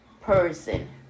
person